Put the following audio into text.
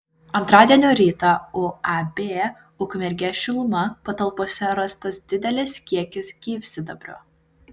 antradienio rytą uab ukmergės šiluma patalpose rastas didelis kiekis gyvsidabrio